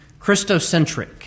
Christocentric